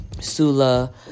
Sula